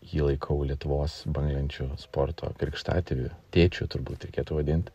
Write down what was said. jį laikau lietuvos banglenčių sporto krikštatėviu tėčiu turbūt reikėtų vadinti